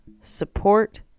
support